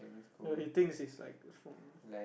well he thinks like he's from